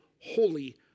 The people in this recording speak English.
holy